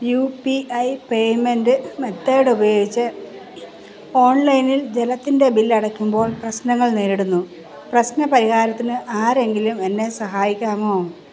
U P I payment method ഉപയോഗിച്ച് ഓൺലൈനിൽ ജലത്തിൻ്റെ ബിൽ അടയ്ക്കുമ്പോൾ പ്രശ്നങ്ങൾ നേരിടുന്നു പ്രശ്നപരിഹാരത്തിന് ആരെങ്കിലും എന്നെ സഹായിക്കാമോ